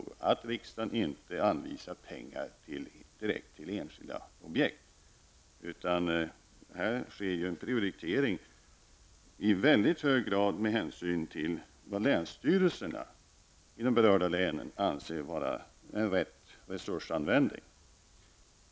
Vad som gäller är alltså att riksdagen inte anvisar pengar direkt till enskilda objekt. I stället sker här en prioritering i mycket hög grad med hänsyn till vad länsstyrelserna i berörda län anser vara en riktig resursanvändning.